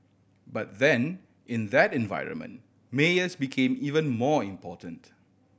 but then in that environment mayors became even more important